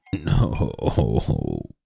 No